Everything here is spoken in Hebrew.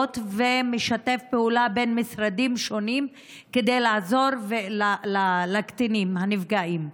ומשתף פעולה בין משרדים שונים כדי לעזור לקטינים הנפגעים.